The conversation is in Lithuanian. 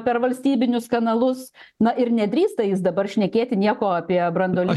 per valstybinius kanalus na ir nedrįsta jis dabar šnekėti nieko apie branduolinį